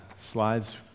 slides